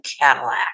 Cadillac